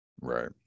right